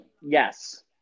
Yes